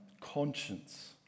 conscience